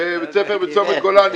זה בית ספר בצומת גולני.